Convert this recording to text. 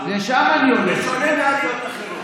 בשונה מעליות אחרות.